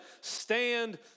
stand